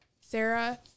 Sarah